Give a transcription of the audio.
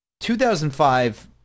2005